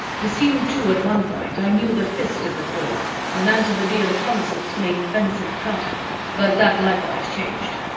meseemed too at one point i knew the fist of the caller an antipodean atomicist named benson-carter but that likewise changed.